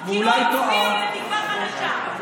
כי לא הצביעו לתקווה חדשה.